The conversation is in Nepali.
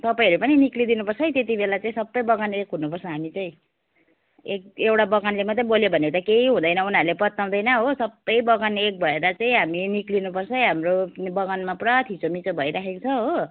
तपाईँहरू पनि निक्लिदिनुपर्छ है त्यति बेला चाहिँ बगाने एक हुनुपर्छ हामी चाहिँ एक एउटा बगानले मात्रै बोल्यो भने त केही हुँदैन उनीहरूले पत्याउँदैन हो सबै बगान एक भएर चाहिँ हामी निक्लिनु पर्छ है हाम्रो बगानमा पुरा थियोमिचो भइराखेको छ हो